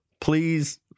Please